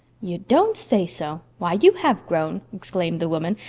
you don't say so! why, you have grown, exclaimed the woman,